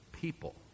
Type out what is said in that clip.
people